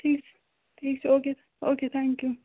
ٹھیٖک چھُ ٹھیٖک چھُ okay okay thank U